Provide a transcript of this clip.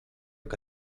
que